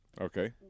Okay